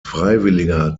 freiwilliger